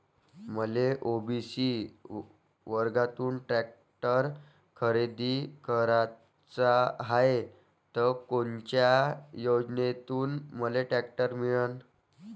मले ओ.बी.सी वर्गातून टॅक्टर खरेदी कराचा हाये त कोनच्या योजनेतून मले टॅक्टर मिळन?